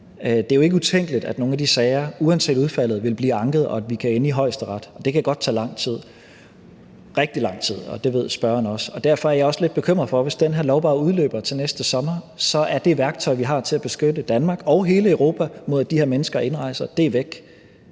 det er jo ikke utænkeligt, at nogle af de sager, uanset udfaldet, vil blive anket, og at de kan ende i Højesteret, og det kan godt tage lang tid – rigtig lang tid – og det ved spørgeren også. Derfor er jeg også lidt bekymret for, hvis den her lov bare udløber til næste sommer, for så er det værktøj, vi har til at beskytte Danmark og hele Europa mod, at de her mennesker indrejser, væk,